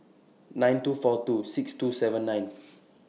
nine two four two six two seven nine